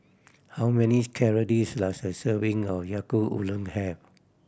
how many calories does a serving of Yaki Udon have